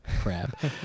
crap